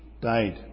died